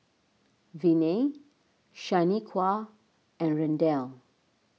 Viney Shaniqua and Randall